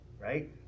Right